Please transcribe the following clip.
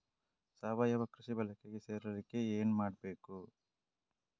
ಸಾವಯವ ಕೃಷಿ ಬಳಗಕ್ಕೆ ಸೇರ್ಲಿಕ್ಕೆ ಏನು ಮಾಡ್ಬೇಕು?